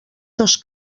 dos